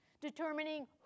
determining